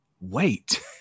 wait